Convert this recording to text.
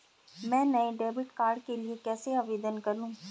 मैं नए debit card के लिए कैसे आवेदन करूं?